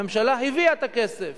הממשלה הביאה את הכסף.